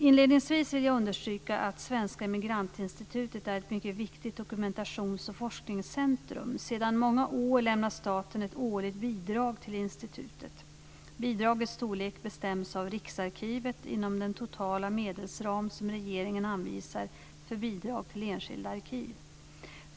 Inledningsvis vill jag understryka att Svenska Emigrantinstitutet är ett mycket viktigt dokumentations och forskningscentrum. Sedan många år lämnar staten ett årligt bidrag till institutet. Bidragets storlek bestäms av Riksarkivet inom den totala medelsram som regeringen anvisar för bidrag till enskilda arkiv.